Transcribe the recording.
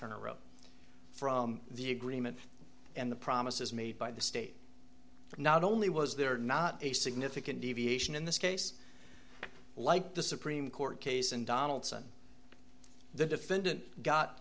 turner wrote from the agreement and the promises made by the state not only was there not a significant deviation in this case like the supreme court case and donaldson the defendant got